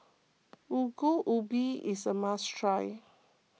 Ongol Ubi is a must try